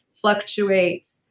fluctuates